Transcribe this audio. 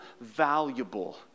valuable